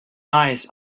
eyes